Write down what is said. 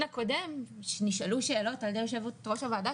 הקודם נשאלו שאלות על ידי יושבת ראש הוועדה,